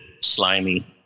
slimy